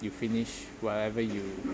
you finish whatever you